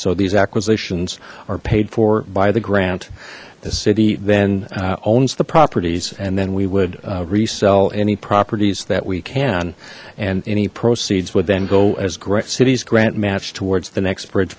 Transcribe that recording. so these acquisitions are paid for by the grant the city then owns the properties and then we would resell any properties that we can and any proceeds would then go as correct cities grant matched towards the next bridge